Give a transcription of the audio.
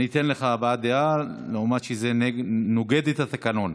אני אתן לך הבעת דעה, למרות שזה נוגד את התקנון.